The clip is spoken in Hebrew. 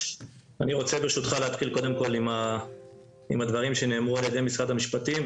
אני רוצה להתחיל קודם כל עם הדברים שנאמרו על ידי משרד המשפטים,